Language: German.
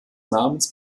namens